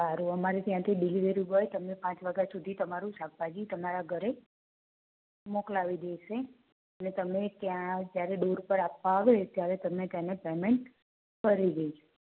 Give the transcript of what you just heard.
સારું અમારે ત્યાંથી ડિલિવરી બોય પાંચ વાગ્યા સુધી તામૃ શાકભાજી તમારા ઘરે મોકલાવી દેશે અને તમે ત્યાં જ્યારે ડોર પર આપવા આવે ત્યારે તમે તેને પેમેન્ટ કરી દેજો